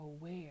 aware